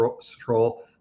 Stroll